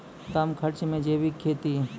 कम खर्च मे जैविक खेती?